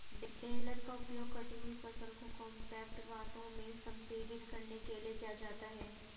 baler का उपयोग कटी हुई फसल को कॉम्पैक्ट गांठों में संपीड़ित करने के लिए किया जाता है